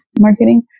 marketing